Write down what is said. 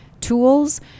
tools